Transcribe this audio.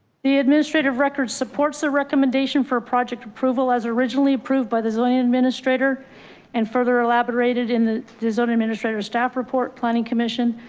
the administrative record supports the recommendation for project approval as originally approved by the zoning administrator and further elaborated in the the zoning administrator, staff report, planning, commission,